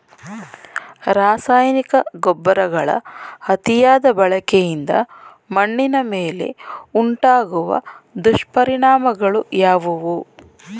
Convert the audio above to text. ರಾಸಾಯನಿಕ ಗೊಬ್ಬರಗಳ ಅತಿಯಾದ ಬಳಕೆಯಿಂದ ಮಣ್ಣಿನ ಮೇಲೆ ಉಂಟಾಗುವ ದುಷ್ಪರಿಣಾಮಗಳು ಯಾವುವು?